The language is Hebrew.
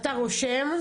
אתה רושם,